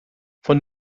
von